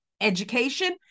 education